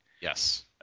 Yes